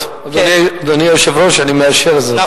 אדוני היושב-ראש, אני מאשר זאת.